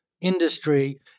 industry